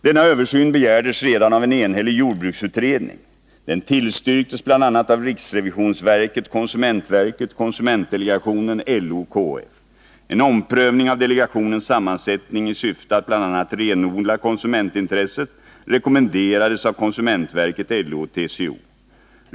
Denna översyn begärdes redan av en enhällig jordbruksutredning. Den tillstyrktes bl.a. av riksrevisionsverket, konsumentverket, konsumentdelegationen, LO och KF. En omprövning av delegationens sammansättning i syfte att bl.a. renodla konsumentintresset rekommenderades av konsumentverket, LO och TCO.